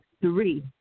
Three